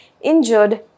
injured